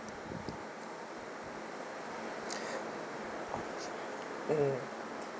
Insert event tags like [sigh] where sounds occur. [breath] mm